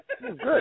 good